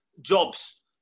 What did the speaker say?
jobs